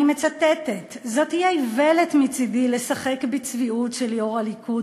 אני מצטטת: "זאת תהיה איוולת מצדי לשחק בצביעות של יושב-ראש הליכוד",